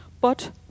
But